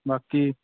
बाकी